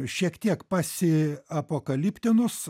šiek tiek pasi apokaliptinus